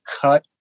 cut